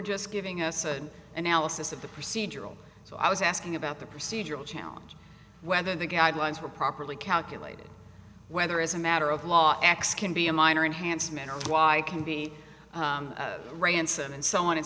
just giving us an analysis of the procedural so i was asking about the procedural challenge whether the guidelines were properly calculated whether as a matter of law x can be a minor enhancement or why it can be ransom and so on and